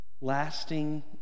lasting